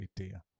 idea